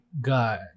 God